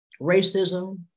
racism